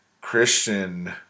Christian